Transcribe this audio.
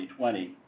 2020